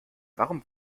warum